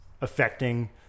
affecting